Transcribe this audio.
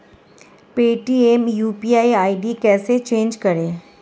Paytm UPI ID कैसे change करें?